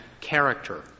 character